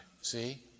see